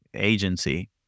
agency